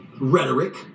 rhetoric